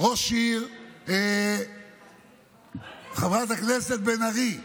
ראש עיר, חברת הכנסת בן ארי,